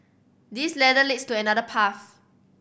this ladder leads to another path